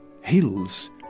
hills